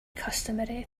customary